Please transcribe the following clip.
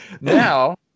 now